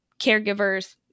caregivers